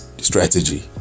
strategy